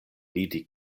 vidi